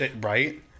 right